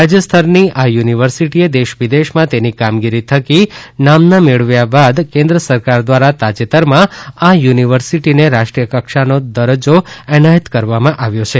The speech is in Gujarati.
રાજ્યસ્તરની આ યુનિવર્સિટીએ દેશવિદેશમાં તેની કામગીરી થકી નામના મેળવ્યા બાદ કેન્દ્ર સરકાર દ્વારા તાજેતરમાં આ યુનિવર્સિટીને રાષ્ટ્રીયકક્ષાનો દરજ્જો એનાયત કરવામાં આવ્યો છે